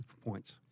points